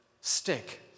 stick